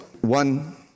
One